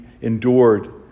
endured